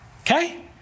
Okay